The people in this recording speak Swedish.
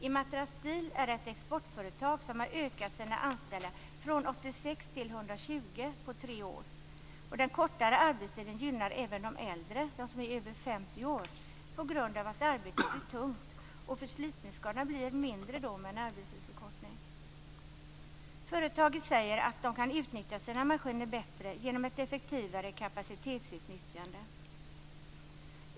Imatra Steel är ett exportföretag som har ökat antalet anställda från 86 till 120 på tre år. Den kortare arbetstiden gynnar även de äldre, de som är över 50 år, på grund av att arbetet är tungt. Förslitningsskadorna blir mindre med en arbetstidsförkortning. Företaget säger att man kan utnyttja sina maskiner bättre genom att effektivare kapacitetsutnyttjande.